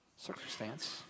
circumstance